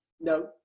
No